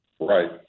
Right